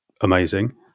amazing